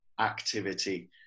activity